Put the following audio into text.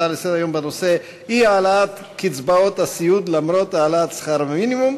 בנושא: אי-העלאת קצבאות הסיעוד למרות העלאת שכר המינימום,